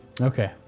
Okay